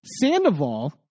Sandoval